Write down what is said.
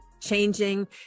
changing